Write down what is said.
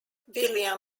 william